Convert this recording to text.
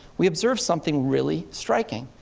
we observed something really striking.